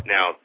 Now